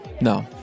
No